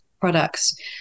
products